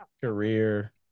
career